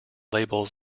labels